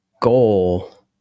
goal